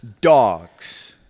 dogs